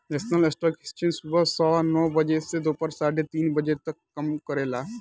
national stock exchange सुबह सवा नौ बजे से दोपहर साढ़े तीन बजे तक काम करेला